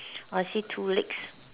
I see two legs